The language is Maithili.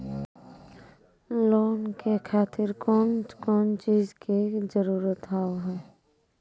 लोन के खातिर कौन कौन चीज के जरूरत हाव है?